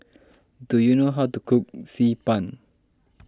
do you know how to cook Xi Ban